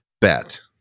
bet